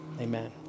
amen